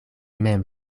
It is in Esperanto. mem